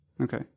Okay